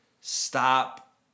Stop